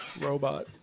robot